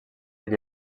ell